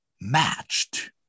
matched